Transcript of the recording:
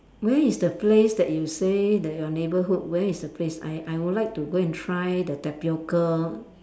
where is the place that you say that your neighbourhood where is the place I I would like to go and try the tapioca